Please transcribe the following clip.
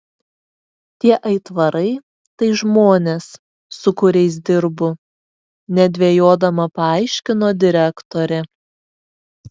tie aitvarai tai žmonės su kuriais dirbu nedvejodama paaiškino direktorė